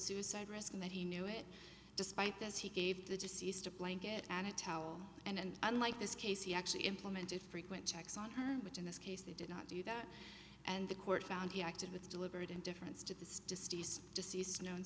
suicide risk and that he knew it despite that he gave the deceased a blanket and a towel and unlike this case he actually implemented frequent checks on her which in this case they did not do that and the court found he acted with deliberate indifference to the statistics deceased known